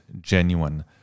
genuine